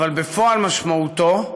אבל בפועל משמעותו: